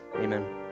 amen